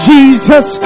Jesus